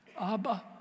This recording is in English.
Abba